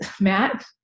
Matt